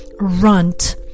runt